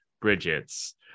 Bridget's